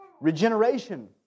regeneration